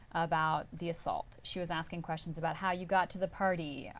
about the assault. she was asking questions about how you got to the party,